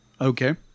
Okay